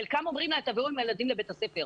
לחלקם אומרים: תבואו עם הילדים לבית הספר.